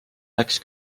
läks